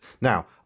Now